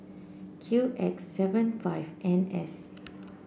Q X seven five N S